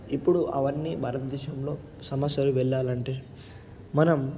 ఇప్పుడు అవన్నీ భారత దేశంలో సమస్యలు వెళ్ళాలంటే మనం